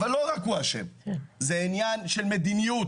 אבל לא רק הוא אשם זה עניין של מדיניות,